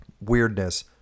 weirdness